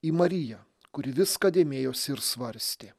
į mariją kuri viską dėmėjosi ir svarstė